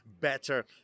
better